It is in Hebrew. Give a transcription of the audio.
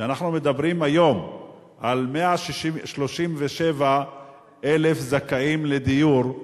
כשאנחנו מדברים היום על 137,000 זכאים לדיור,